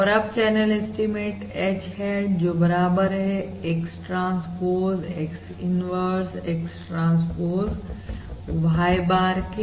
और अब channel estimate H hat जो बराबर है x transpose x inverse x transpose y bar के